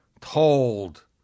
told